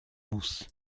muss